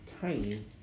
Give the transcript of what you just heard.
tiny